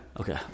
Okay